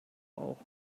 auch